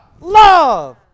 Love